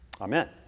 amen